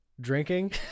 drinking